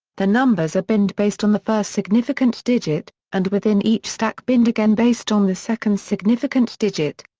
the numbers are binned based on the first significant digit, and within each stack binned again based on the second significant digit.